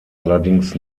allerdings